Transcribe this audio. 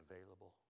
available